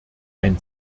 ein